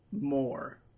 more